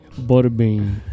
Butterbean